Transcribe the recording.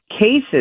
cases